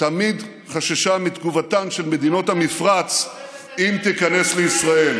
תמיד חששה מתגובתן של מדינות המפרץ אם תיכנס לישראל,